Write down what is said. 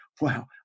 wow